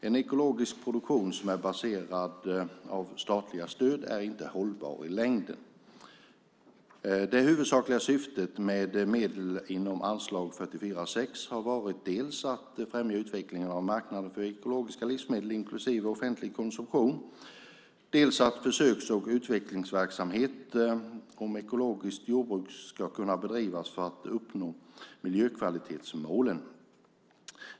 En ekologisk produktion som är baserad på statliga stöd är inte hållbar i längden. Det huvudsakliga syftet med medlen inom anslag 44:6 har varit dels att främja utvecklingen av marknaden för ekologiska livsmedel, inklusive offentlig konsumtion, dels att försöks och utvecklingsverksamhet med ekologiskt jordbruk ska kunna bedrivas för att uppnå miljökvalitetsmålen.